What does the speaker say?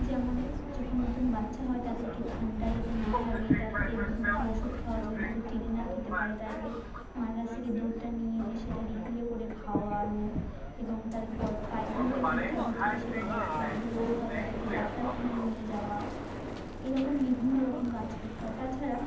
যেমন যখন নতুন বাচ্ছা হয় তাদেরকে ঠান্ডা যাতে না লাগে তাদেরকে বিভিন্ন রকম ওষুধ খাওয়া যদি দুধ টেনে না খেতে পারে তাদেরকে মার কাছ থেকে দুধটা নিয়ে সেটা রিফিলে করে খাওয়ানো এবং তাদের প পায়খানাটা ঠিকঠাক হচ্ছে কি সেটা দেখা যদি রোগ হয় তাদেরকে ডাক্তারখানায় নিয়ে যাওয়া এরকম বিভিন্ন রকম কাজ করতে হয় তাছাড়া